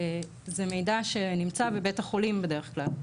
זה מידע שנמצא בבית החולים בדרך כלל.